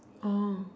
oh